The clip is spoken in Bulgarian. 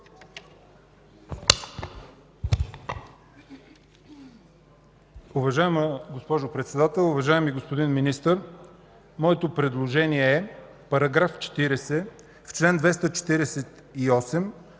Уважаема госпожо Председател, уважаеми господин Министър! Моето предложение е: § 40, в чл. 248,